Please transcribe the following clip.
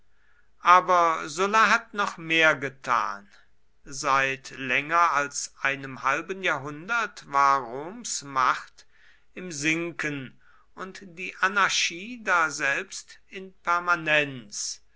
aber sulla hat noch mehr getan seit länger als einem halben jahrhundert war roms macht im sinken und die anarchie daselbst in permanenz